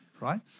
right